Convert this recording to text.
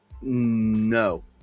No